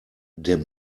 der